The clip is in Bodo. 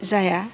जाया